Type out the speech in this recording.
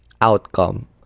outcome